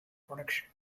production